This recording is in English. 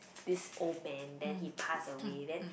this old man then he pass away then